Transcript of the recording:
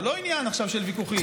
זה לא עניין עכשיו של ויכוחים,